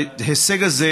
העבודה והרווחה.